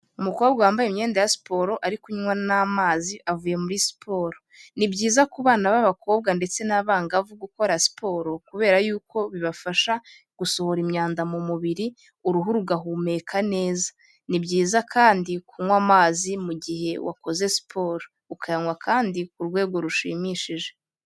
Umukobwa wambaye imyenda ya siporo ari kunywa n'amazi avuye muri siporo. Ni byiza ku bana b'abakobwa ndetse n'abangavu gukora siporo kubera yuko bibafasha gusohora imyanda mu mubiri, uruhu rugahumeka neza, ni byiza kandi kunywa amazi mu mu gihe wakoze siporo, ukayanywa kandi ku rwego rushimishije.